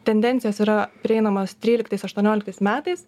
tendencijos yra prieinamos tryliktais aštuonioliktais metais